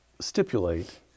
stipulate